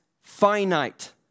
finite